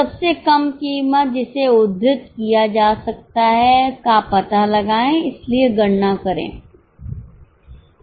सबसे कम कीमत जिसे उद्धृत किया जा सकता हैका पता लगाएं इसलिए गणना करें